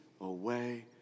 away